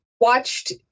watched